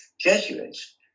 Jesuits